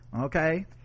okay